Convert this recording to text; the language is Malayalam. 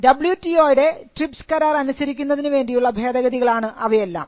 ഡബ്ലിയു ടി ഓ യുടെ ട്രിപ്സ് കരാർ അനുസരിക്കുന്നതിനുവേണ്ടിയുള്ള ഭേദഗതികളാണ് അവയെല്ലാം